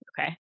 Okay